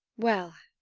well,